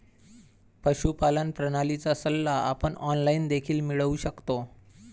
पशुपालन प्रणालीचा सल्ला आपण ऑनलाइन देखील मिळवू शकतो